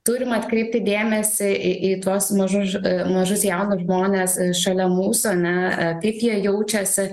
turim atkreipti dėmesį į į tuos mažus mažus jaunus žmones šalia mūsų ane e kaip jie jaučiasi